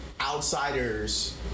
outsiders